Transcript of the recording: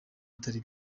atari